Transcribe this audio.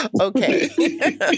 Okay